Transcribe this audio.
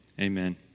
Amen